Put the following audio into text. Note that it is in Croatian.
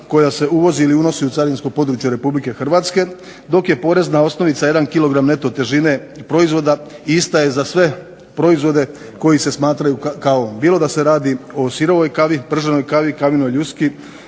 koja se uvozi ili unosi u carinsko područje RH dok je porezna osnovica jedan kg neto težine proizvoda i ista je za sve proizvode koji se smatraju kavom, bilo da se radi o sirovoj kavi, prženoj kavi, kavenoj ljuski